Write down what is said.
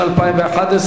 התשע"א 2011,